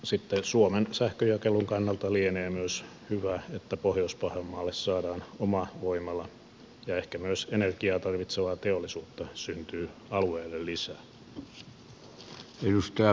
sitten suomen sähkönjakelun kannalta lienee myös hyvä että pohjois pohjanmaalle saadaan oma voimala ja ehkä myös energiaa tarvitsevaa teollisuutta syntyy alueelle lisää